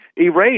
erased